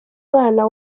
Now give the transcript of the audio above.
umwana